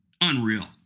unreal